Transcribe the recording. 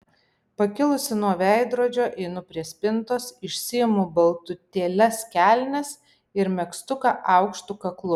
pakilusi nuo veidrodžio einu prie spintos išsiimu baltutėles kelnes ir megztuką aukštu kaklu